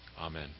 Amen